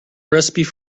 receipt